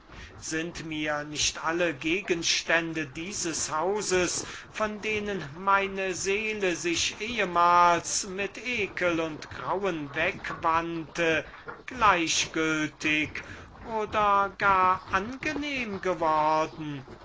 sind mir nicht alle gegenstände dieses hauses von denen meine seele sich ehmals mit ekel und grauen wegwandte gleichgültig oder gar angenehm worden